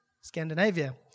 Scandinavia